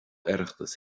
oireachtas